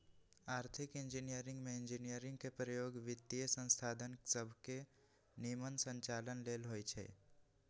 आर्थिक इंजीनियरिंग में इंजीनियरिंग के प्रयोग वित्तीयसंसाधन सभके के निम्मन संचालन लेल होइ छै